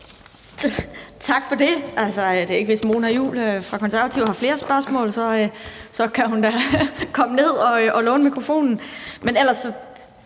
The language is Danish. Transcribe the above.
Tak for det. Hvis fru Mona Juul fra Det Konservative Folkeparti har flere spørgsmål, så kan hun da komme ned og låne mikrofonen. Men ellers